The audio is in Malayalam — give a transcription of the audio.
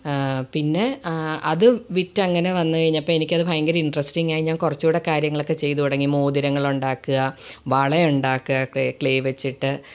പിന്നെ അത് വിറ്റങ്ങനെ വന്ന് കഴിഞ്ഞപ്പം എനിക്കത് ഭയങ്കര ഇൻട്രെസ്റ്റിങ്ങായി ഞാൻ കുറച്ചുംകൂടെ കാര്യങ്ങളൊക്കെ ചെയ്ത് തുടങ്ങി മോതിരങ്ങളുണ്ടാക്കാന് വളയുണ്ടാക്കാന് ക്ലെ ക്ലേ വെച്ചിട്ട്